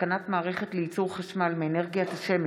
(התקנת מערכת לייצור חשמל מאנרגיית השמש